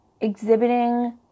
exhibiting